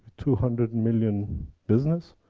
two hundred and million business.